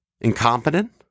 incompetent